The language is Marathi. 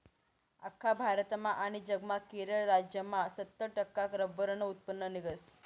आख्खा भारतमा आनी जगमा केरळ राज्यमा सत्तर टक्का रब्बरनं उत्पन्न निंघस